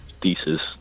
thesis